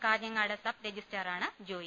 Kanhangad sub രജിസ്ട്രാറാണ് ജോയ്